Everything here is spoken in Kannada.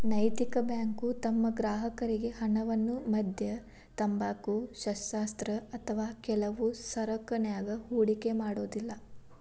ನೈತಿಕ ಬ್ಯಾಂಕು ತಮ್ಮ ಗ್ರಾಹಕರ್ರಿಗೆ ಹಣವನ್ನ ಮದ್ಯ, ತಂಬಾಕು, ಶಸ್ತ್ರಾಸ್ತ್ರ ಅಥವಾ ಕೆಲವು ಸರಕನ್ಯಾಗ ಹೂಡಿಕೆ ಮಾಡೊದಿಲ್ಲಾ